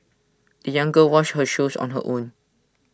the young girl washed her shoes on her own